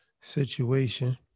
situation